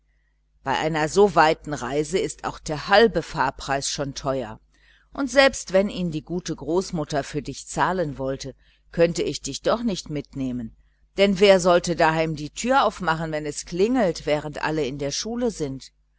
bei einer so weiten reise ist auch der halbe fahrpreis schon teuer und selbst wenn ihn die gute großmutter für dich zahlen wollte könnte ich dich doch nicht mitnehmen denn wer sollte denn daheim die türe aufmachen wenn es klingelt während alle in der schule sind